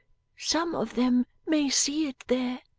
some of them may see it there.